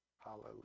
Hallelujah